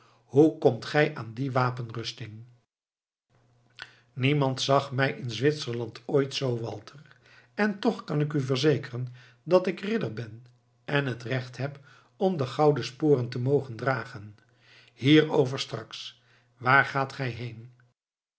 hoe komt gij aan die wapenrusting niemand zag mij in zwitserland ooit zoo walter en toch kan ik u verzekeren dat ik ridder ben en het recht heb om de gouden sporen te mogen dragen hierover straks waar gaat gij heen